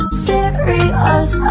serious